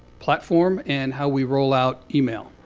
platform and how we roll out email.